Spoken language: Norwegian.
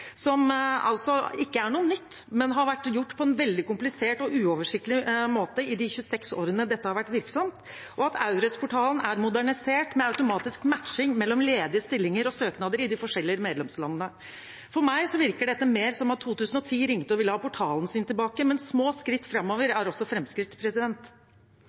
som altså ikke er noe nytt, men har vært gjort på en veldig komplisert og uoversiktlig måte i de 26 årene dette har vært virksomt – og at EURES-portalen er modernisert med automatisk matching mellom ledige stillinger og søknader i de forskjellige medlemslandene. For meg virker dette mer som at 2010 ringte og ville ha portalen sin tilbake, men små skritt framover er også framskritt. Det er selvfølgelig masse å